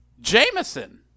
jameson